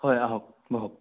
হয় আহক বহক